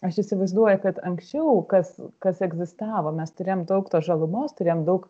aš įsivaizduoju kad anksčiau kas kas egzistavo mes turėjom daug tos žalumos turėjom daug